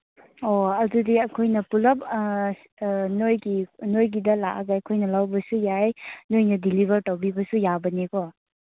ꯑꯣ ꯑꯗꯨꯗꯤ ꯑꯩꯈꯣꯏꯅ ꯄꯨꯂꯞ ꯅꯣꯏꯒꯤ ꯅꯣꯏꯒꯤꯗ ꯂꯥꯛꯑꯒ ꯑꯩꯈꯣꯏꯅ ꯂꯧꯕꯁꯨ ꯌꯥꯏ ꯅꯣꯏꯅ ꯗꯤꯂꯤꯚꯔ ꯇꯧꯕꯁꯨ ꯌꯥꯕꯅꯤꯀꯣ